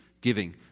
giving